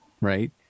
right